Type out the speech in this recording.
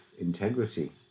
integrity